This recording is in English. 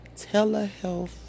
telehealth